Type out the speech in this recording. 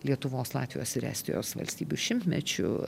lietuvos latvijos ir estijos valstybių šimtmečiu